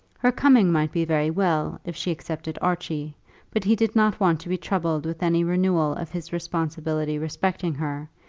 her coming might be very well if she accepted archie but he did not want to be troubled with any renewal of his responsibility respecting her,